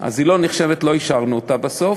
היא לא נחשבת, לא אישרנו אותה בסוף.